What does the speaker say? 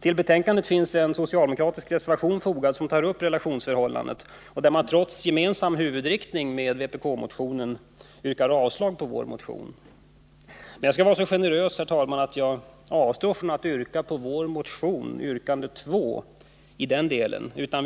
Till betänkandet finns en socialdemokratisk reservation fogad som tar upp relationsförhållandet. Där yrkar man, trots att reservationens huvudinriktning är gemensam med vpk-motionens, avslag på vår motion. Men jag skall vara så generös, herr talman, att jag avstår från att yrka bifall till yrkande 2 i vår motion 1932.